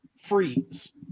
freeze